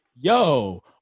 yo